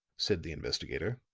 said the investigator,